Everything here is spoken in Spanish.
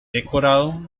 decorado